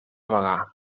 bagà